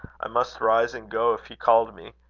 i must rise and go if he called me.